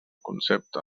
concepte